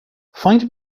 find